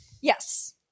Yes